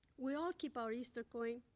we all keep our easter coin.